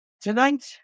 Tonight